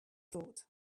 thought